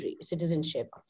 citizenship